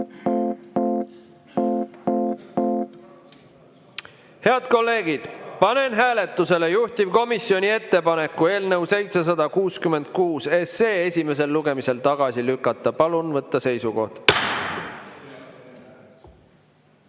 Head kolleegid, panen hääletusele juhtivkomisjoni ettepaneku eelnõu 766 esimesel lugemisel tagasi lükata. Palun võtta seisukoht!